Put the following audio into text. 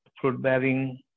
fruit-bearing